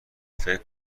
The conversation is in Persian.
فکر